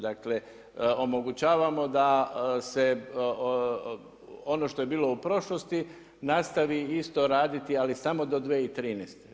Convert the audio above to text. Dakle, omogućavamo da se ono što je bilo u prošlosti nastavi isto raditi, ali samo do 2013.